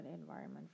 environment